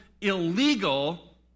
illegal